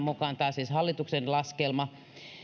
mukaan tämä on siis hallituksen laskelma